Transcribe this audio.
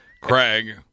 Craig